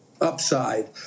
upside